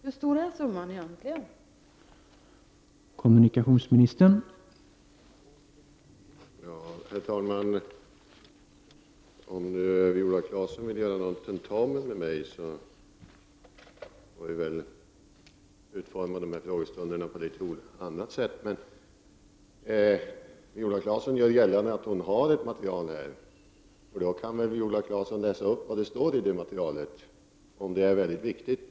Hur stor är egentligen summan?